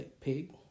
pig